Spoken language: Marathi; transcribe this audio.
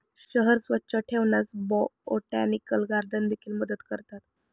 शहर स्वच्छ ठेवण्यास बोटॅनिकल गार्डन देखील मदत करतात